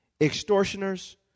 Extortioners